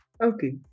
Okay